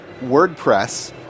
WordPress